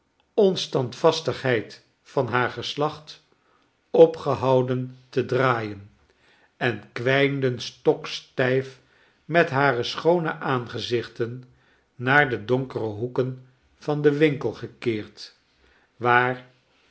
omstandvastigheid van haar geslacht opgehouden te draaien en kwijnden stokstijf met hare schoone aangezichten naar de donkere hoeken van den winkel gekeerd waar